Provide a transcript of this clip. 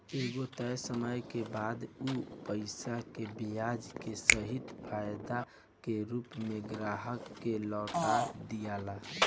एगो तय समय के बाद उ पईसा के ब्याज के सहित फायदा के रूप में ग्राहक के लौटा दियाला